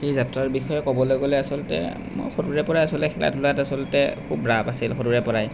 সেই যাত্ৰাৰ বিষয়ে ক'বলৈ গ'লে আচলতে মই সৰুৰে পৰাই আচলতে খেলা ধূলাত আচলতে খুব ৰাপ আছিল সৰুৰে পৰাই